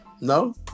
no